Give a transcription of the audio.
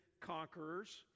conquerors